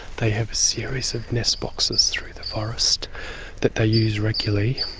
they have a series of nest boxes through the forest that they use regularly